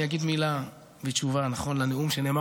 אני אגיד מילה בתשובה על נאום שנאמר